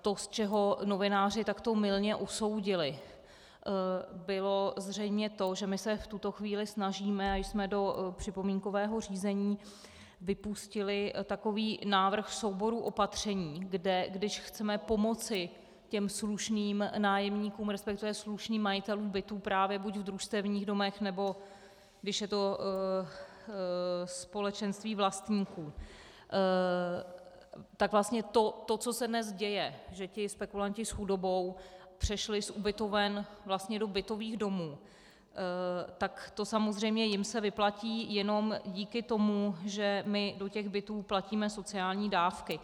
To, z čeho novináři takto mylně usoudili, bylo zřejmě to, že my se v tuto chvíli snažíme a do připomínkového řízení jsme vypustili takový návrh souboru opatření, kde když chceme pomoci těm slušným nájemníkům, respektive slušným majitelům bytů právě buď v družstevních domech, nebo když je to společenství vlastníků, tak vlastně to, co se dnes děje, že ti spekulanti s chudobou přešli z ubytoven vlastně do bytových domů, tak to samozřejmě jim se vyplatí jenom díky tomu, že my do těch bytů platíme sociální dávky.